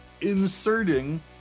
inserting